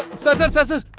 sir. sir. sir.